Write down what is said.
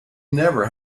never